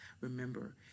remember